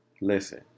listen